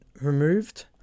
removed